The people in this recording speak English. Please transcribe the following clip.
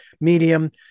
medium